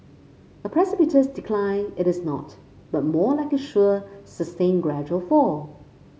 a precipitous decline it is not but more like a sure sustained gradual fall